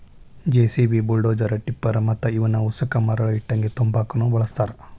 JCB, bulldozer, tipper ಮತ್ತ ಇವನ್ ಉಸಕ ಮರಳ ಇಟ್ಟಂಗಿ ತುಂಬಾಕುನು ಬಳಸ್ತಾರ